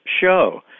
show